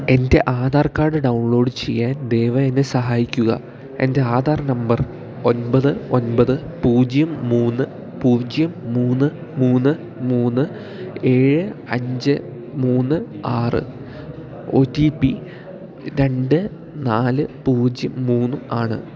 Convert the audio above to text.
എൻ്റെ Aadhaar card download ചെയ്യാൻ ദയവായി എന്നെ സഹായിക്കുക എൻ്റെ ആധാർ നമ്പർ ഒമ്പത് ഒമ്പത് പൂജ്യം മൂന്ന് പൂജ്യം മൂന്ന് മൂന്ന് മൂന്ന് ഏഴ് അഞ്ച് മൂന്ന് ആറ് ഒ റ്റി പി രണ്ട് നാല് പൂജ്യം മൂന്നും ആണ്